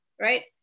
right